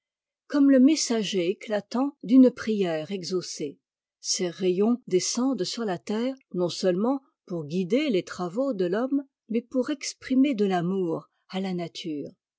comme le messager éclatant d'une prière exaucée ses rayons descendent aur la terre non-seulement pour guider les travaux de l'homme mais pour exprimer de l'amour à la nature